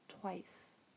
twice